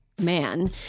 man